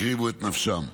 הקריבו את נפשם.